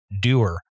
doer